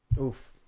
oof